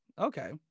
Okay